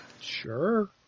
Sure